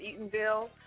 Eatonville